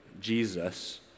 Jesus